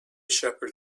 shepherd